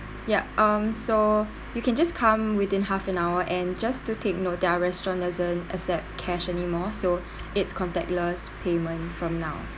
yup um so you can just come within half an hour and just to take note that our restaurant doesn't accept cash anymore so it's contactless payment from now